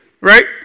right